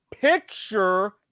Picture